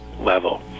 level